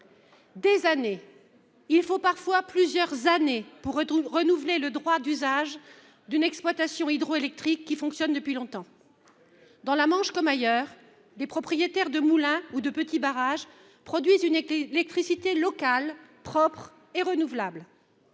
la pêche. Il faut parfois plusieurs années pour renouveler le droit d’usage d’une exploitation hydroélectrique qui fonctionne depuis longtemps ! Dans la Manche comme ailleurs, des propriétaires de moulins ou de petits barrages produisent une électricité locale, propre et renouvelable.